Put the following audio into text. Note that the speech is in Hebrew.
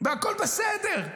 והכול בסדר.